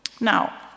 Now